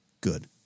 Good